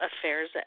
affairs